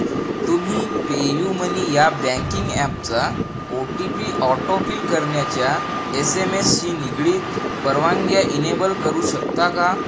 तुम्ही PayU money या banking ॲपचा ओ टी पी ऑटोफिल करण्याच्या एस एम एस शी निगडीत परवानग्या इनेबल करू शकता का